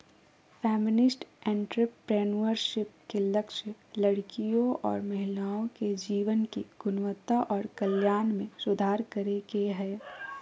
feminist entrepreneurship के लक्ष्य लड़कियों और महिलाओं के जीवन की गुणवत्ता और कल्याण में सुधार करे के हय